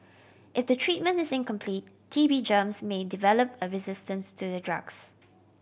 if the treatment is incomplete T B germs may develop a resistance to the drugs